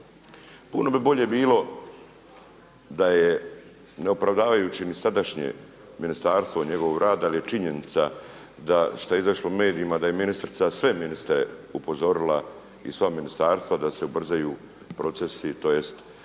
Puno bi bolje bilo da je ne opravdavajući ni sadašnje ministarstvo i njegov rad ali je činjenica da šta je izašlo u medijima da je ministrica sve ministre upozorila i sva ministarstva da se ubrzaju procesi, tj.